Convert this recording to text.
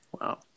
Wow